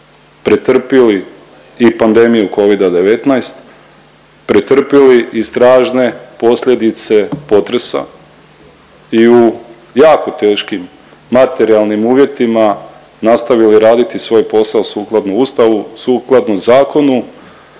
pretrpili i pandemiju covida-19, pretrpili i strašne posljedice potresa i u jako teškim materijalnim uvjetima nastavili raditi svoj posao sukladno Ustavu, sukladno zakonu.